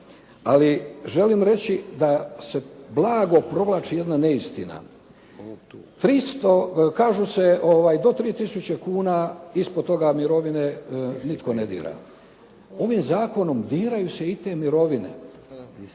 ali želim reći da se blago provlači jedna neistina. Kažu se do 3 tisuće kuna, ispod toga mirovine nitko ne dira. Ovim zakonom diraju se i te mirovine,